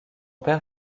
père